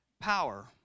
power